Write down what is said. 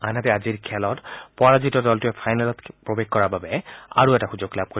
আনহাতে আজিৰ খেলত পৰাজিত দলটোৱে ফাইনেলত প্ৰৱেশ কৰাৰ বাবে আৰু এটা সুষোগ লাভ কৰিব